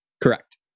Correct